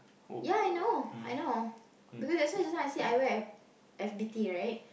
ya I know I know because that's why just now I said I wear F F_B_T right